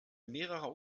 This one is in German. mehrerer